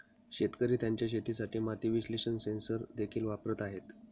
शेतकरी त्यांच्या शेतासाठी माती विश्लेषण सेन्सर देखील वापरत आहेत